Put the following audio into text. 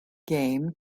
game